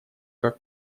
как